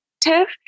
Tiff